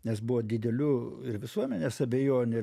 nes buvo didelių ir visuomenės abejonių